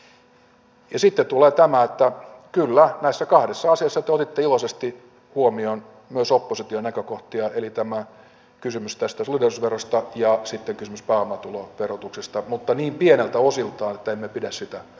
ja sitten tulee tämä että kyllä näissä kahdessa asiassa te otitte iloisesti huomioon myös opposition näkökohtia eli tämän kysymyksen tästä solidaarisuusverosta ja sitten kysymyksen pääomatuloverotuksesta mutta niin pieneltä osalta että emme pidä sitä riittävänä